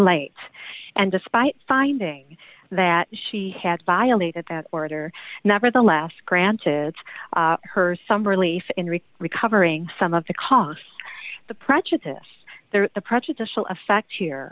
late and despite finding that she had violated that order nevertheless granted her some relief in re recovering some of the costs the prejudice the prejudicial effect